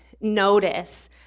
notice